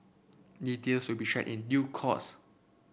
details will be shared in due course